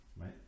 right